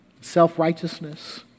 self-righteousness